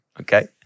Okay